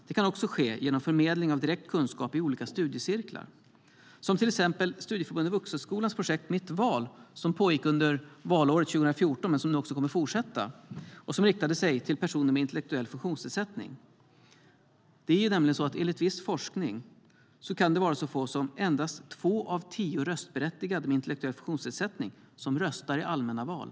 Det kan också ske genom förmedling av direkt kunskap i olika studiecirklar. Ta till exempel Studieförbundet Vuxenskolans projekt Mitt Val, som pågick under valåret 2014 men nu också kommer att fortsätta och som riktade sig till personer med intellektuell funktionsnedsättning. Enligt viss forskning kan det vara så få som endast två av tio röstberättigade med intellektuell funktionsnedsättning som röstar i allmänna val.